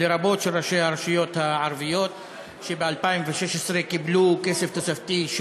לרבות של ראשי הרשויות הערביות שב-2016 קיבלו כסף תוספתי,